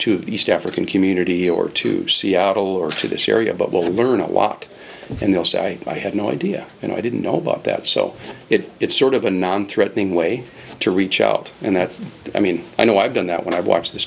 the east african community or to seattle or to this area but will learn a lot and they'll say i had no idea and i didn't know about that so it it's sort of a non threatening way to reach out and that's i mean i know i've done that when i've watched th